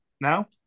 now